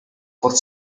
por